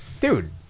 Dude